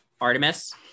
artemis